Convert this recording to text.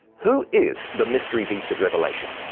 who is the mystery beast of revelation?